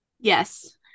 Yes